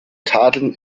tadeln